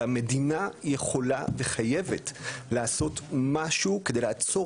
והמדינה יכולה וחייבת לעשות משהו כדי לעצור